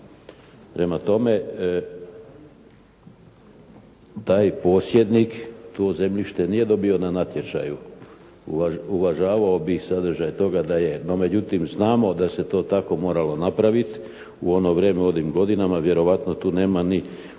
Prema tome taj posjednik to zemljište nije dobio na natječaju. Uvažavao bih sadržaj toga da je. No međutim znamo da se to tako moralo napraviti u ono vrijeme u onim godinama. Vjerojatno tu nema ni